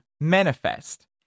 manifest